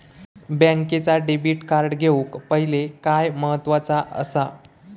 बँकेचा debit card घेउक पाहिले काय महत्वाचा असा?